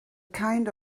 kind